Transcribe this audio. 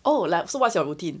oh like so what's your routine